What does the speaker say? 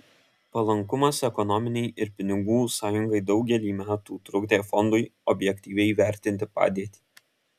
palankumas ekonominei ir pinigų sąjungai daugelį metų trukdė fondui objektyviai vertinti padėtį